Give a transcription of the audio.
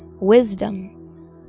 wisdom